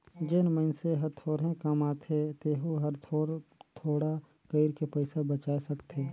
जेन मइनसे हर थोरहें कमाथे तेहू हर थोर थोडा कइर के पइसा बचाय सकथे